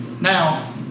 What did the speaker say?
Now